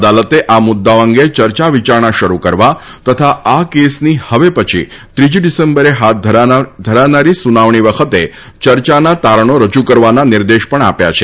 અદાલતે આ મુદ્દાઓ અંગે ચર્ચા વિચારણા શરૂ કરવા તથા આ કેસની હવે પછી ત્રીજી ડિસેમ્બરે હાથ ધરાનારી સુનાવણી વખતે ચર્ચાના તારણી રજૂ કરવાના નિર્દેશ પણ આપ્યા છે